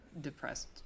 depressed